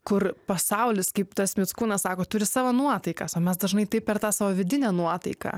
kur pasaulis kaip tas mickūnas sako turi savo nuotaikas o mes dažnai taip per tą savo vidinę nuotaiką